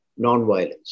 nonviolence